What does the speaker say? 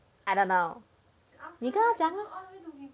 I don't know 你跟他讲 lah